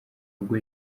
ubwo